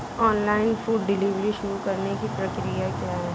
Online food delivery शुरू करने की प्रक्रिया क्या है?